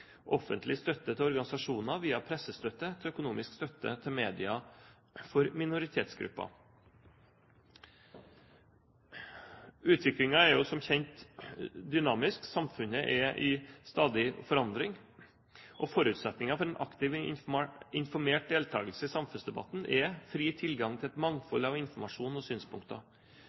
offentlig støtte til organisasjoner, via pressestøtte til økonomisk støtte til medier for minoritetsgrupper. Utviklingen er jo som kjent dynamisk, samfunnet er i stadig forandring. Forutsetningen for en aktiv informert deltakelse i samfunnsdebatten er fri tilgang til et mangfold av informasjon og synspunkter.